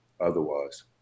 otherwise